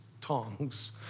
tongs